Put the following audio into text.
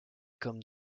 comme